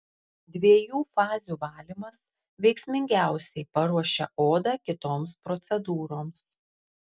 dviejų fazių valymas veiksmingiausiai paruošia odą kitoms procedūroms